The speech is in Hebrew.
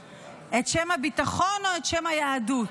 את שם הביטחון או את שם היהדות?